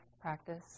practice